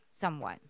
somewhat